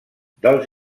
dels